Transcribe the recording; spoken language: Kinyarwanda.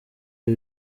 ibi